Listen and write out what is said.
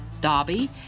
Dobby